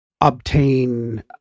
obtain